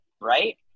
Right